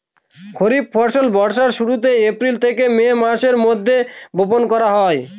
খরিফ ফসল বর্ষার শুরুতে, এপ্রিল থেকে মে মাসের মধ্যে, বপন করা হয়